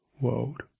world